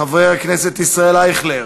חבר הכנסת ישראל אייכלר